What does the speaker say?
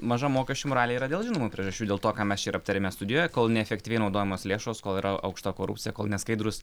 maža mokesčių moralė yra dėl žinomų priežasčių dėl to ką mes čia ir aptarėme studijoje kol neefektyviai naudojamos lėšos kol yra aukšta korupcija kol neskaidrūs